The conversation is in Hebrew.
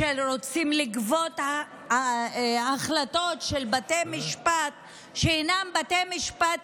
שרוצים לגבות החלטות של בתי משפט שאינם בתי משפט